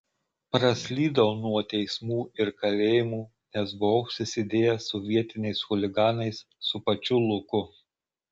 praslydau nuo teismų ir kalėjimų nes buvau susidėjęs su vietiniais chuliganais su pačiu luku